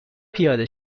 پیاده